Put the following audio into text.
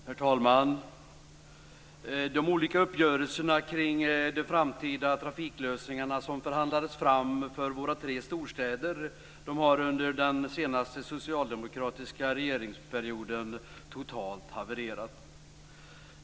Herr talman! De olika uppgörelserna kring de framtida trafiklösningarna som förhandlades fram för våra tre storstäder har under den senaste socialdemokratiska regeringsperioden totalt havererat.